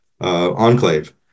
enclave